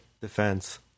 defense